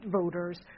voters